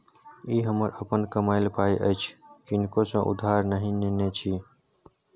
ई हमर अपन कमायल पाय अछि किनको सँ उधार नहि नेने छी